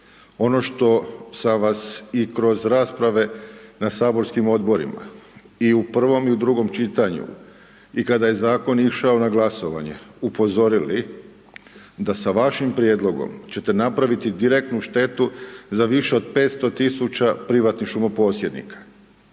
Ono što sam vas i kroz rasprave na saborskim Odborima, i u prvom, i u drugom čitanju, i kada je Zakon išao na glasovanje, upozorili da sa vašim prijedlogom će te napraviti direktnu štetu za više od 500.000 privatnih šumoposjednika,